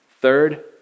Third